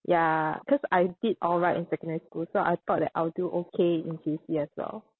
ya cause I did alright in secondary school so I thought that I would do okay in J_C as well